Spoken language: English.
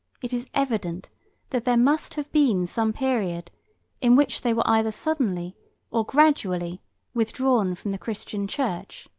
it is evident that there must have been some period in which they were either suddenly or gradually withdrawn from the christian church.